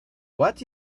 what